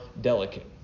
delicate